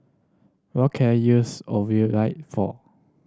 what can I use for